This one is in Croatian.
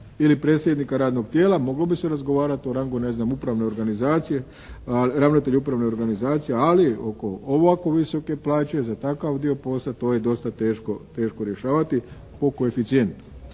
ili predsjednika radnog tijela. Moglo bi se razgovarati o rangu ne znam, upravne organizacije, ravnatelja upravne organizacije ali oko ovako visoke plaće za takav dio posla to je dosta teško rješavati po koeficijentu.